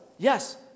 Yes